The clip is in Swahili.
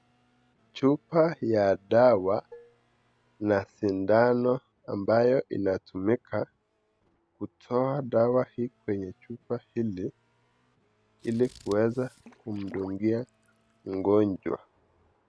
Chupa ya dawa na sindano ambayo inatumika kutoa dawa hii kwenye chupa hili, ili kuweza kumdungia mgonjwa.